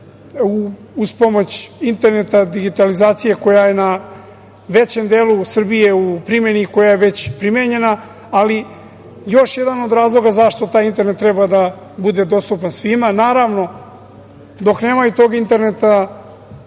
uz pomoć interneta, digitalizacije koja je na većem delu Srbije u primeni, koja je već primenjena, ali još jedan od razloga zašto taj internet treba da bude dostupan svima, naravno dok nemaju tog interneta